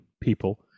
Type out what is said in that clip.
people